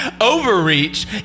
overreach